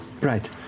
Right